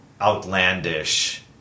outlandish